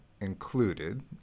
included